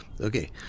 okay